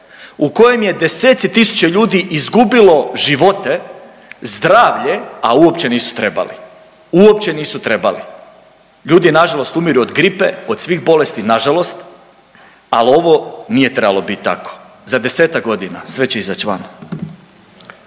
u kojem je deseci tisuća ljudi izgubilo živote, zdravlje, a uopće nisu trebali, uopće nisu trebali. Ljudi nažalost umiru od gripe, od svih bolesti, nažalost, ali ovo nije trebalo biti tako, za 10-ak godina, sve će izaći van.